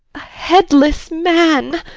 headless man?